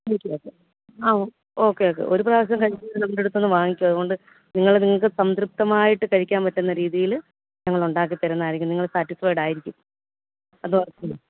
okay okay ആ okay ഒരു പ്രാവശ്യം കഴിച്ചിട്ടാണ് നമ്മുടെ അടുത്തിന്ന് വാങ്ങിച്ചത് അതുകൊണ്ട് നിങ്ങൾ നിങ്ങൾക്ക് സംതൃപ്തമായി കഴിക്കാൻ പറ്റുന്ന രീതിയിൽ ഞങ്ങൾ ഉണ്ടാക്കി തരുന്നതായിരിക്കും നിങ്ങൾ സാറ്റിസ്ഫ്യട് ആയിരിക്കും അത് ഒ